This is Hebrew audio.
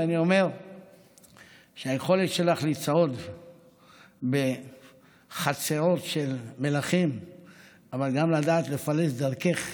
ואני אומר שהיכולת שלך לצעוד בחצרות של מלכים אבל גם לדעת לפלס דרכך